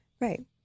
Right